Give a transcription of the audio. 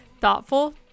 thoughtful